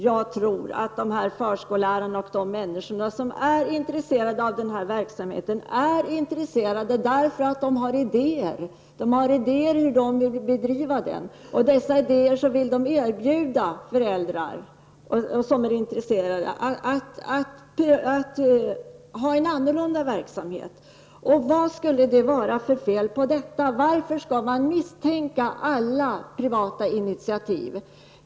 Jag tror att de förskollärare och andra människor som är intresserade av den här verksamheten är det därför att de har idéer om hur den skulle kunna bedrivas. Dessa idéer vill de erbjuda föräldrar som är intresserade. De vill erbjuda dem en annorlunda verksamhet. Och vad skulle det vara för fel på det? Varför skall man misstänkliggöra alla privata initiativ?